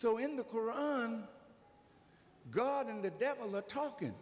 so in the koran god and the devil look talking